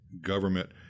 government